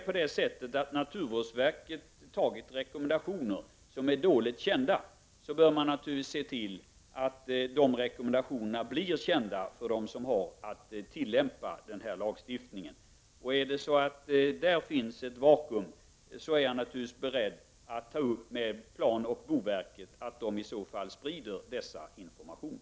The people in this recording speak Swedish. Om naturvårdsverket givit rekommendationer som är dåligt kända, bör man naturligtvis se till att de rekommendationerna blir kända för dem som har att tillämpa lagstiftningen. Om det finns ett vakuum i det avseendet, är jag naturligtvis beredd att med planoch boverket ta upp frågan om att verket i så fall bör sprida dessa informationer.